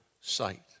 sight